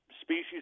species